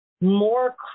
more